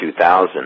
2000